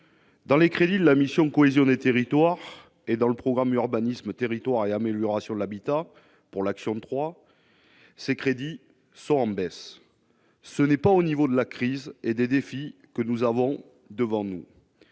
Dans les crédits de la mission cohésion des territoires et dans le programme Urbanisme territoires et amélioration de l'habitat pour l'action de 3, ces crédits sont en baisse, ce n'est pas au niveau de la crise et des défis que nous avons devant nous,